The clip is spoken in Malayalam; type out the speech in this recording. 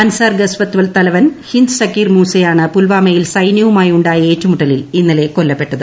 അൻസാർ ഗസ്വത്തുൽ തലവൻ ഹിന്ദ് സക്കീർ മൂസയാണ് പുൽവാമയിൽ സൈന്യവുമായി ഉണ്ടായ ഏറ്റുമുട്ടലിൽ ഇന്നലെ കൊല്ലപ്പെട്ടത്